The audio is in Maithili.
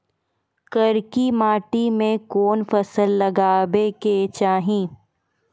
करकी माटी मे कोन फ़सल लगाबै के चाही?